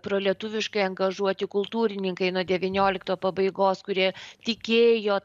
prolietuviškai angažuoti kultūrininkai nuo devyniolikto pabaigos kurie tikėjo